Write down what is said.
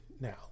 Now